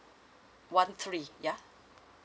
one three ya